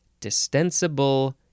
Distensible